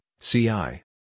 CI